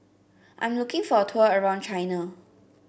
I'm looking for a tour around China